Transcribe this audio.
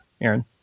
Aaron